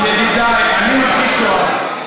ידידיי, אני מכחיש שואה?